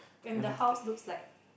magic